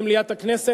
במליאת הכנסת,